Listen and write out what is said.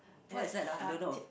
what is that ah don't know